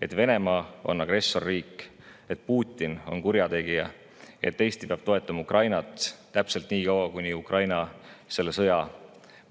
et Venemaa on agressorriik, et Putin on kurjategija ja et Eesti peab toetama Ukrainat täpselt nii kaua, kuni Ukraina selle sõja